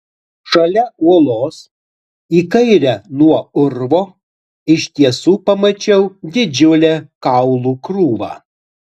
šalia uolos į kairę nuo urvo iš tiesų pamačiau didžiulę kaulų krūvą